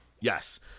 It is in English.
Yes